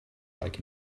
like